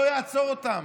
לא יעצור אותם.